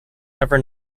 ever